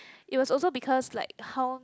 it was also because like how